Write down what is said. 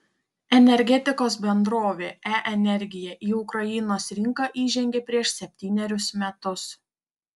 energetikos bendrovė e energija į ukrainos rinką įžengė prieš septynerius metus